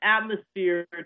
atmosphere